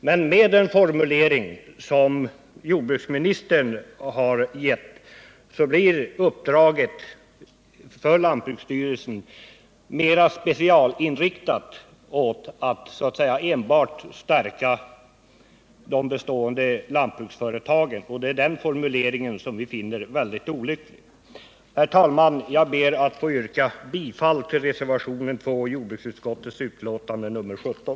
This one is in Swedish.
Men med den formulering som jordbruksministern har föreslagit blir uppdraget för lantbruksstyrelsen mera specialinriktat åt att så att säga enbart stärka de bestående lantbruksföretagen. Det är den formuleringen som vi finner mycket olycklig. Herr talman! Jag ber att få yrka bifall till reservationen 2 vid jordbruksutskottets betänkande nr 17.